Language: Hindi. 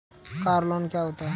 कार लोन क्या होता है?